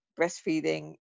breastfeeding